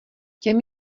těm